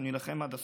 נילחם עד הסוף,